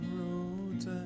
road's